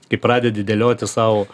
kai pradedi dėlioti sau